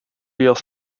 years